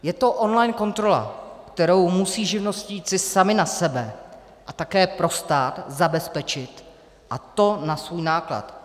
Je to online kontrola, kterou musí živnostníci sami na sebe a také pro stát zabezpečit, a to na svůj náklad.